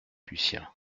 lucien